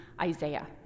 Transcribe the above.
Isaiah